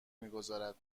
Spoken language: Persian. میگذارد